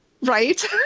Right